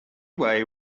way